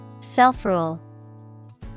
self-rule